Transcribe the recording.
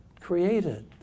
created